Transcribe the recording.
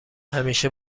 همیشه